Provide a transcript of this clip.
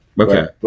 Okay